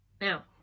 now